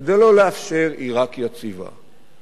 כדי לא לאפשר עירק יציבה.